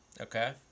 Okay